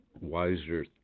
wiser